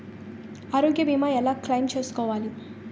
ఆరోగ్య భీమా ఎలా క్లైమ్ చేసుకోవాలి?